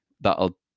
that'll